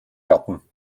garten